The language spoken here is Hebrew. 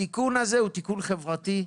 התיקון הזה הוא תיקון חברתי.